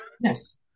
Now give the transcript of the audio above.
yes